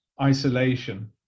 isolation